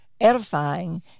edifying